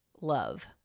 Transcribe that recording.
love